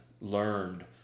learned